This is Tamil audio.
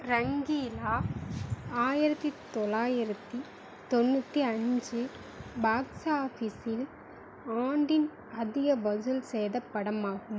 ரங்கீலா ஆயிரத்து தொள்ளாயிரத்து தொண்ணூற்றி அஞ்சு பாக்ஸ் ஆஃபிஸில் ஆண்டின் அதிக வசூல் செய்த படமாகும்